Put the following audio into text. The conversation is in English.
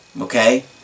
okay